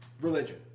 religion